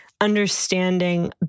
understanding